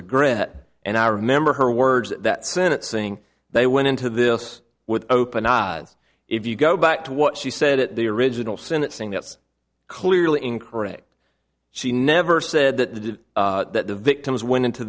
regret and i remember her words that senate saying they went into this with open eyes if you go back to what she said at the original senate saying that's clearly incorrect she never said that that the victims went into